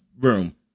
Room